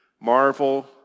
marvel